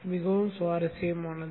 மிகவும் சுவாரஸ்யமானது